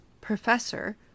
professor